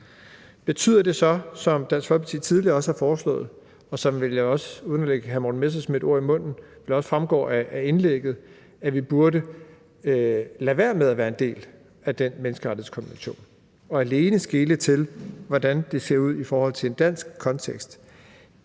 Betyder det så det, som også Dansk Folkeparti tidligere har foreslået, og som vel også, uden at jeg vil lægge hr. Morten Messerschmidt ord i munden, fremgår af indlægget, at vi burde lade være med at være en del af den menneskerettighedskonvention, men alene skele til, hvordan det ser ud i forhold til en dansk kontekst?